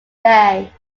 day